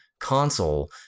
console